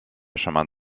chemin